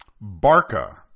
barca